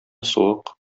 суык